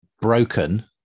broken